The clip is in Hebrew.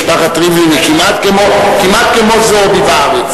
משפחת ריבלין היא כמעט כמו זועבי בארץ.